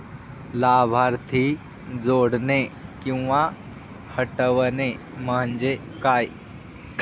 लाभार्थी जोडणे किंवा हटवणे, म्हणजे काय?